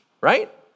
right